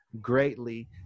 greatly